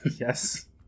Yes